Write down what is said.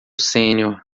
sênior